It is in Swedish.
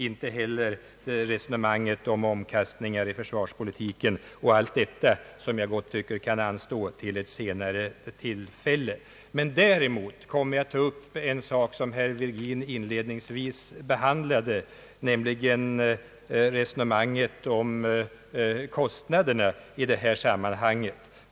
Inte heller kommer jag att gå in på resonemanget om omkastningar i försvarspolitiken och allt detta som enligt min mening gott kan anstå till ett senare tillfälle. Däremot kommer jag att ta upp en sak som herr Virgin inledningsvis behandlade, nämligen resonemanget om kostnaderna i detta sammanhang.